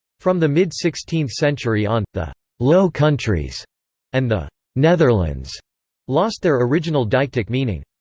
from the mid-sixteenth century on, the low countries and the netherlands lost their original deictic meaning.